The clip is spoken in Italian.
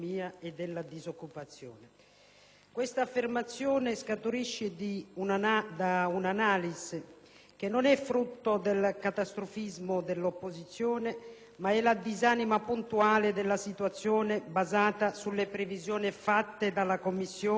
Questa affermazione scaturisce da un'analisi che non è frutto del catastrofismo dell'opposizione, ma è la disamina puntuale della situazione basata sulle previsioni fatte dalla Commissione e dalla Banca centrale europea.